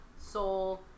Soul